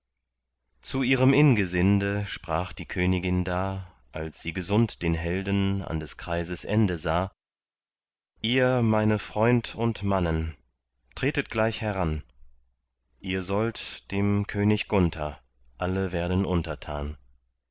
zu ihrem ingesinde sprach die königin da als sie gesund den helden an des kreises ende sah ihr meine freund und mannen tretet gleich heran ihr sollt dem könig gunther alle werden untertan